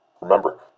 Remember